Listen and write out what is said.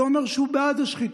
זה אומר שהוא בעד השחיתות.